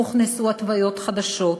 הוכנסו התוויות חדשות,